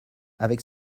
avec